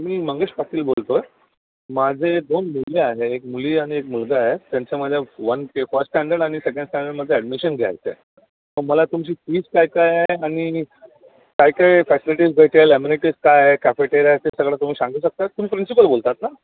मी मंगेश पाटील बोलतो आहे माझे दोन मुले आहे एक मुली आणि एक मुलगा आहे त्यांचा माझ्या वन के फर्स्ट स्टँडर्ड आणि सेकंड स्टँडर्डमध्ये ॲडमिशन घ्यायचं आहे मला तुमची फीस काय काय आहे आणि काय काय फॅसिलिटीज भेटेल अमेनिटीज काय आहे कॅफेटेरिया ते सगळं तुम्ही सांगू शकतात तुम्ही प्रिन्सिपल बोलता आहात ना